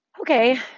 Okay